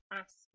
ask